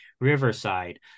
Riverside